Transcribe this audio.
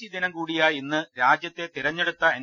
C ദിനം കൂടിയായ ഇന്ന് രാജ്യത്തെ തെരഞ്ഞെടുത്ത എൻ